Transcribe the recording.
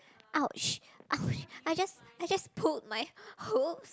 !ouch! I just I just pulled my hoops